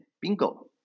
bingo